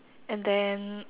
and then